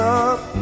up